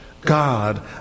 God